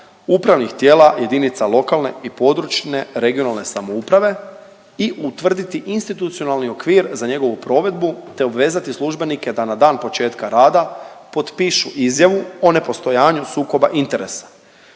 upravnih tijela JLPRS i utvrditi institucionalni okvir za njegovu provedbu, te obvezati službenike da na dan početka rada potpišu izjavu o nepostojanju sukoba interesa.